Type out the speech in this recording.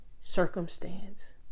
circumstance